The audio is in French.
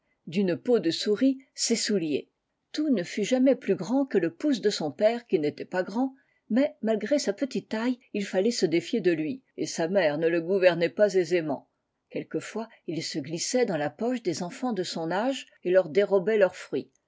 d'une peau de souris ses souliers t arbre de noël tom ne fut jamais plus grand que le pouce de son père qui n'était pas grand mais malgré sa petite taille il fallait se défier de lui et sa mère ne le gouvernait pas aisément quelquefois il se glissait dans la poche des enfants de son âge et leur dérobait leurs fruits